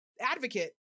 advocate